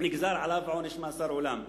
נגזר מאסר עולם,